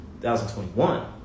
2021